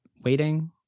waiting